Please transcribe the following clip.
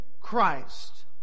Christ